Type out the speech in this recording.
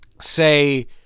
say